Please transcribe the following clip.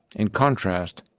in contrast,